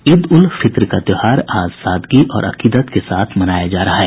ईद उल फित्र का त्योहार आज सादगी और अकीदत के साथ मनाया जा रहा है